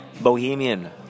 Bohemian